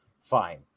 fine